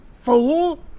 fool